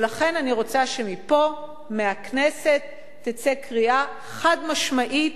ולכן אני רוצה שמפה, מהכנסת, תצא קריאה חד-משמעית: